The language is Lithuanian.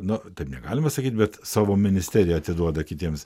na taip negalima sakyt bet savo ministeriją atiduoda kitiems